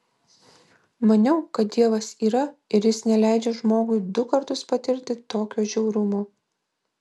maniau kad dievas yra ir jis neleidžia žmogui du kartus patirti tokio žiaurumo